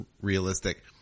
realistic